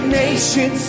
nation